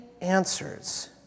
answers